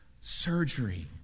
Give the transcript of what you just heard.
surgery